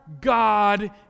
God